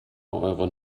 eure